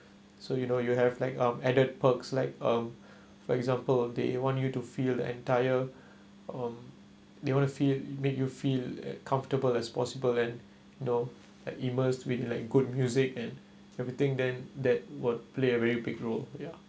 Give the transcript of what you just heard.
so you know you have like um added perks like um for example they want you to feel the entire um they want to feel make you feel as comfortable as possible and you know like emerges with like good music and everything then that would play a very big role ya